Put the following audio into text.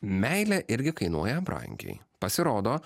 meilė irgi kainuoja brangiai pasirodo